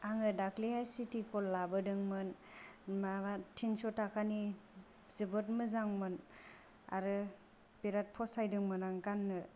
आङो दाखालिहाय चिटि ग'ल्ड लाबोदोंमोन माबा थिनस' थाखानि जोबोध मोजांमोन आरो बिराद फसायदोंमोन आं गाननो